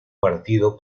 partido